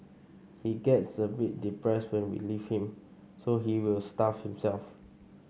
he gets a bit depressed when we leave him so he will starve himself